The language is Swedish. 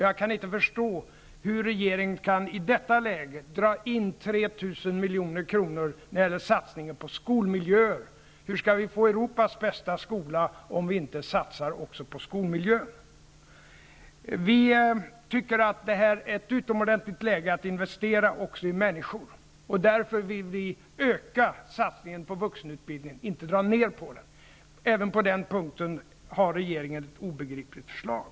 Jag kan inte förstå hur regeringen i detta läge kan dra in 3 000 milj.kr. när det gäller satsning på skolmiljön. Hur skall vi kunna få Europas bästa skola, om vi inte satsar också på skolmiljön? Vi socialdemokrater tycker att det här är ett utomordentligt läge att investera också i människor. Vi vill därför öka satsningen på vuxenutbildningen, inte dra ned på den. Även på den punkten har regeringen ett obegripligt förslag.